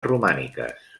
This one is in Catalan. romàniques